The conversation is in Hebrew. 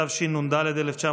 התשנ"ד 1994,